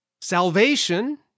salvation